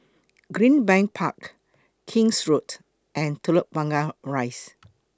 Greenbank Park King's Road and Telok Blangah Rise